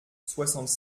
soixante